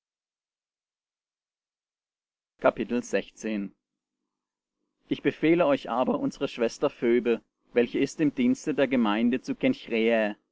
ich befehle euch aber unsere schwester phöbe welche ist im dienste der gemeinde zu